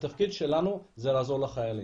התפקיד שלנו הוא לעזור לחיילים.